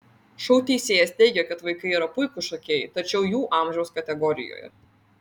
šou teisėjas teigė kad vaikai yra puikūs šokėjai tačiau jų amžiaus kategorijoje